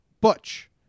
butch